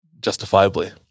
justifiably